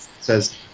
says